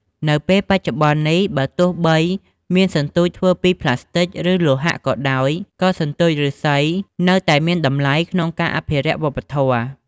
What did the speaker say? នៅពេលបច្ចុប្បន្ននេះ បើទោះបីមានសន្ទូចធ្វើពីប្លាស្ទិកឬលោហៈក៏ដោយ ក៏សន្ទូចឬស្សីនៅតែមានតម្លៃក្នុងការអភិរក្សវប្បធម៌។